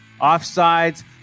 offsides